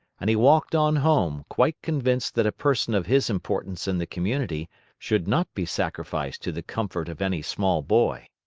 and he walked on home, quite convinced that a person of his importance in the community should not be sacrificed to the comfort of any small boy.